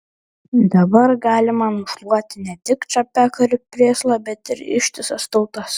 dabar galima nušluoti ne tik čapeką ir prėslą bet ir ištisas tautas